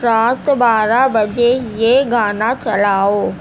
رات بارہ بجے یہ گانا چلاؤ